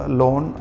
loan